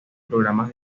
programas